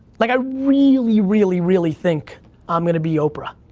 like, i really, really, really think i'm gonna be oprah.